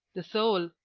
the soul,